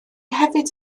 hefyd